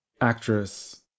actress